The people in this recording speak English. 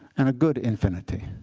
and a good infinity.